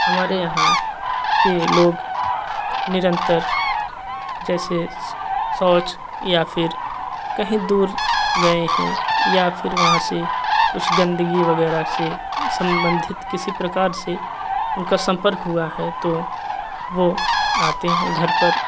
हमारे यहाँ के लोग निरंतर जैसे सो शौच या फिर कहीं दूर गए हैं या फिर वहाँ से कुछ गंदगी वगैरह से सम्बंधित किसी प्रकार से उनका सम्पर्क हुआ है तो वो आते हैं घर